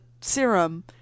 serum